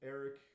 Eric